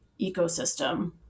ecosystem